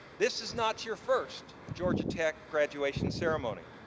this is not your first georgia tech graduation ceremony.